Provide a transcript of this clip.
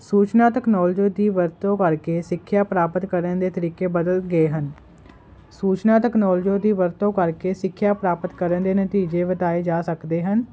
ਸੂਚਨਾ ਤਕਨੋਲੋਜੀ ਦੀ ਵਰਤੋਂ ਕਰਕੇ ਸਿੱਖਿਆ ਪ੍ਰਾਪਤ ਕਰਨ ਦੇ ਤਰੀਕੇ ਬਦਲ ਗਏ ਹਨ ਸੂਚਨਾ ਤਕਨੋਲੋਜੀ ਦੀ ਵਰਤੋਂ ਕਰਕੇ ਸਿੱਖਿਆ ਪ੍ਰਾਪਤ ਕਰਨ ਦੇ ਨਤੀਜੇ ਵਧਾਏ ਜਾ ਸਕਦੇ ਹਨ